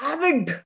Avid